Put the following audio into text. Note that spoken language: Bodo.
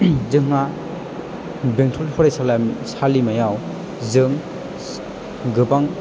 जोंहा बेंटल फरायसालिम फरायसालिमायाव जों गोबां